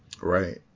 Right